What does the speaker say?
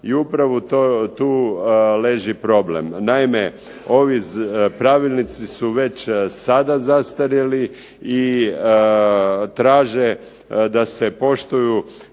i upravo tu leži problem. Naime ovi pravilnici su već sada zastarjeli i traže da se poštuju